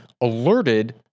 alerted